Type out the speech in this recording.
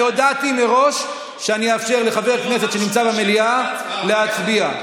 אני הודעתי מראש שאני אאפשר לחבר כנסת שנמצא במליאה להצביע.